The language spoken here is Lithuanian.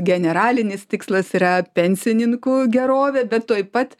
generalinis tikslas yra pensininkų gerovė bet tuoj pat